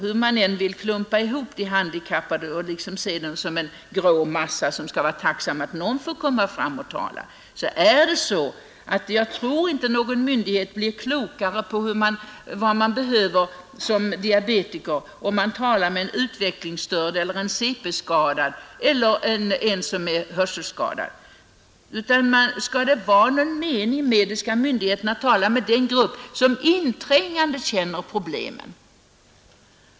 Hur man än vill klumpa ihop de handikappade och se dem som en grå massa, tacksam för vem son helst som får komma fram och tala, tror jag inte, att någon myndighet genom att tala med t.ex. en utvecklingsstörd, en cp-skadad eller en hörselskadad blir klokare på vad en diabetiker behöver. Skall det vara någon mening med det hela, skall myndigheterna tala med den grupp som inträngande känner problemen.